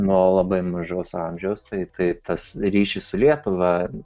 nuo labai mažos amžiaus tai tai tas ryšys su lietuva